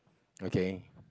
okay